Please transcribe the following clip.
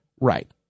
right